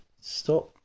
stop